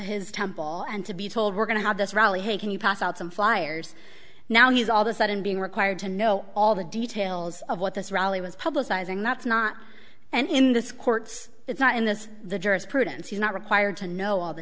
his temple and to be told we're going to have this rally hey can you pass out some flyers now he's all the sudden being required to know all the details of what this rally was publicising that's not and in this court it's not in this the jurisprudence he's not required to know all the